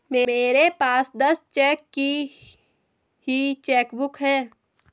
मेरे पास दस चेक की ही चेकबुक है